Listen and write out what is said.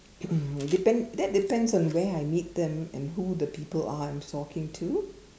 depend that depends on where I meet them and who the people are I'm talking to